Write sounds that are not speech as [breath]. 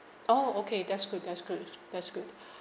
oh okay that's good that's good [noise] that's good [breath]